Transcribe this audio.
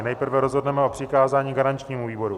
Nejprve rozhodneme o přikázání garančnímu výboru.